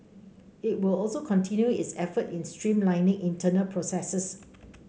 it will also continue its efforts in streamlining internal processes